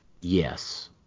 yes